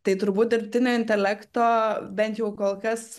tai turbūt dirbtinio intelekto bent jau kol kas